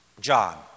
John